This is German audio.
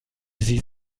sie